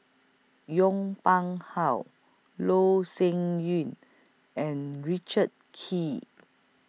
Yong Pung How Loh Sin Yun and Richard Kee